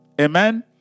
Amen